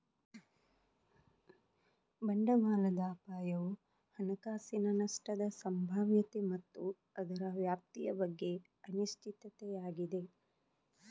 ಬಂಡವಾಳದ ಅಪಾಯವು ಹಣಕಾಸಿನ ನಷ್ಟದ ಸಂಭಾವ್ಯತೆ ಮತ್ತು ಅದರ ವ್ಯಾಪ್ತಿಯ ಬಗ್ಗೆ ಅನಿಶ್ಚಿತತೆಯಾಗಿದೆ